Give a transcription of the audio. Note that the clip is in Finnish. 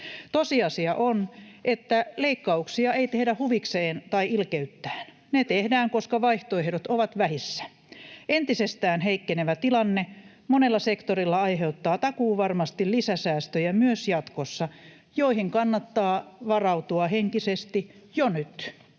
Tosiasia on, että leikkauksia ei tehdä huvikseen tai ilkeyttään. Ne tehdään, koska vaihtoehdot ovat vähissä. Entisestään heikkenevä tilanne monella sektorilla aiheuttaa takuuvarmasti myös jatkossa lisäsäästöjä, joihin kannattaa varautua henkisesti jo nyt.